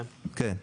כן.